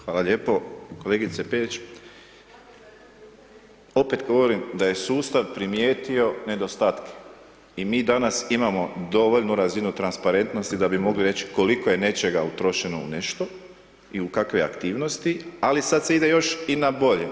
Hvala lijepo, kolegice Perić, opet govorim da je sustav primijetio nedostatke i mi danas imamo dovoljnu razinu transparentnosti da bi mogli reći koliko je nečega utrošeno u nešto i u kakve aktivnosti, ali sad se ide još i na bolje.